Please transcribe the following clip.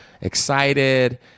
excited